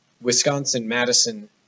Wisconsin-Madison